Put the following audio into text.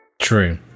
True